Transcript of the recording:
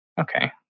Okay